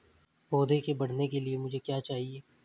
पौधे के बढ़ने के लिए मुझे क्या चाहिए?